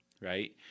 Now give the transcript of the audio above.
right